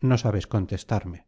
no sabes contestarme